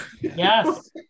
Yes